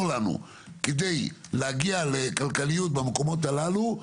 לנו כדי להגיע לכלכליות במקומות הללו,